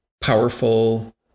powerful